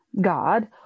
God